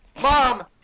mom